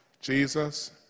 Jesus